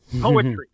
poetry